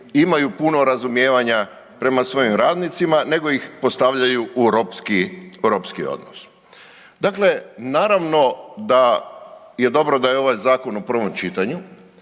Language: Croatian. imaju puno razumijevanja prema svojim radnicima nego ih postavljaju u ropski, ropski odnos. Dakle, naravno da je dobro da je ovaj zakon u prvom čitanju.